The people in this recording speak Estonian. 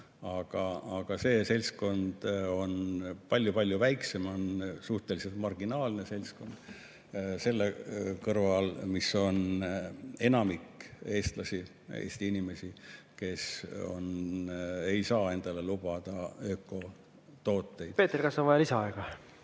Aga see seltskond on palju-palju väiksem, on suhteliselt marginaalne seltskond selle kõrval, mis on enamik eestlasi, Eesti inimesi, kes ei saa endale lubada ökotooteid. Peeter, kas on vaja lisaaega?